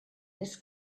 this